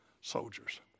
soldiers